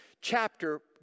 chapter